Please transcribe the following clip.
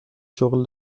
شغل